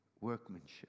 workmanship